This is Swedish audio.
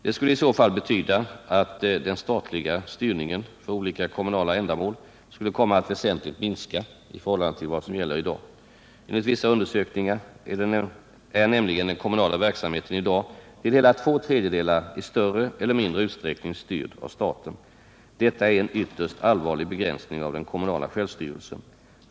Det skulle i så fall betyda att den statliga styrningen för olika kommunala ändamål skulle komma att väsentligt minska i förhållande till vad som gäller i dag. Enligt vissa undersökningar är nämligen den kommunala verksamheten i dag till hela två tredjedelar i större eller mindre utsträckning styrd av staten. Detta är en ytterst allvarlig begränsning av den kommunala självstyrelsen.